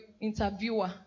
interviewer